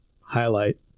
highlight